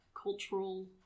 cultural